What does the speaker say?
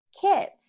kids